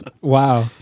Wow